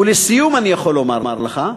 ולסיום אני יכול לומר לך,